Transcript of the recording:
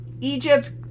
Egypt